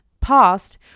past